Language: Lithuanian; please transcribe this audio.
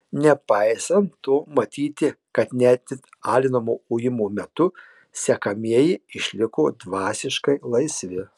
nepaisant to matyti kad net ir alinamo ujimo metu sekamieji išliko dvasiškai laisvi